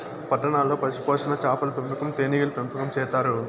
పట్టణాల్లో పశుపోషణ, చాపల పెంపకం, తేనీగల పెంపకం చేత్తారు